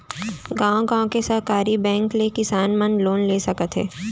गॉंव गॉंव के सहकारी बेंक ले किसान मन लोन ले सकत हे